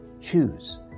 choose